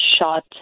shot